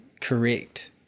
correct